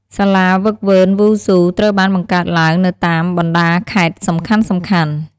សាលាហ្វឹកហ្វឺនវ៉ូស៊ូត្រូវបានបង្កើតឡើងនៅតាមបណ្ដាខេត្តសំខាន់ៗ។